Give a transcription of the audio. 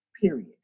period